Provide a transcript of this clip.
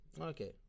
okay